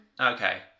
Okay